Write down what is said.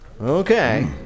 Okay